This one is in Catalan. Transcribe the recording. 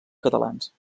catalans